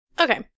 Okay